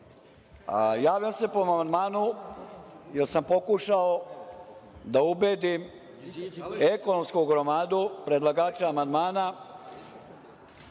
Javljam se po amandmanu jer sam pokušao da ubedim ekonomsku gromadu, predlagača amandmana